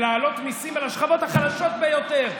ולהעלות מיסים על השכבות החלשות ביותר.